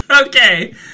okay